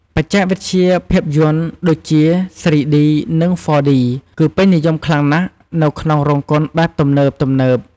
បច្ចេកវិទ្យាភាពយន្តដូចជា ស្រុីឌី និង ហ្វរឌី គឺពេញនិយមខ្លាំងណាស់នៅក្នុងរោងកុនបែបទំនើបៗ។